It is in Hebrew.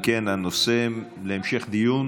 אם כן, הנושא עובר להמשך דיון